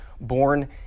born